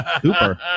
Cooper